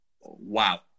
Wow